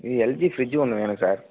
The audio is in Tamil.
எல்ஜி ஃப்ரிட்ஜ் ஒன்று வேணும் சார்